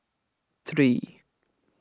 three